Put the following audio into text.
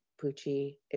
Pucci